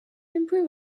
improve